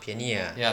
便宜 ah